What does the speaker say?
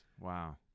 Wow